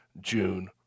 June